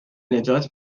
نجات